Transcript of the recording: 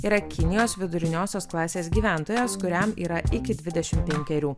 yra kinijos viduriniosios klasės gyventojas kuriam yra iki dvidešimt penkerių